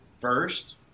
first